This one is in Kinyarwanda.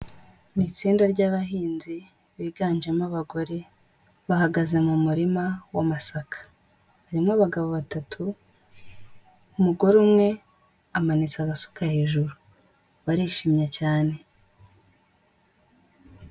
Ni itsinda ry'abahinzi biganjemo abagore, bahagaze mu murima w'amasaka, harimo abagabo batatu, umugore umwe amanitse agasuka hejuru, barishimye cyane.